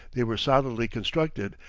they were solidly constructed,